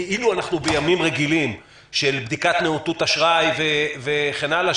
כאילו אנחנו בימים רגילים של בדיקת נאותות אשראי וכן הלאה,